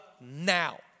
now